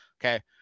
Okay